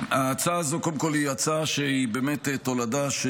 ההצעה הזאת קודם כול היא הצעה שהיא תולדה של